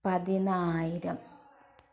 പതിനായിരം